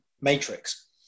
Matrix